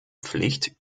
pflicht